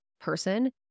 person